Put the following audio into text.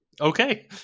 Okay